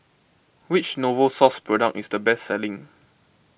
which Novosource product is the best selling